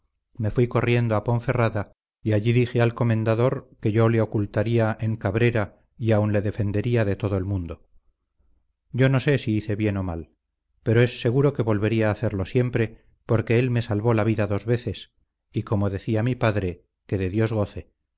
me fui corriendo a ponferrada y allí dije al comendador que yo le ocultaría en cabrera y aun le defendería de todo el mundo yo no sé si hice bien o mal pero es seguro que volvería a hacerlo siempre porque él me salvó la vida dos veces y como decía mi padre que de dios goce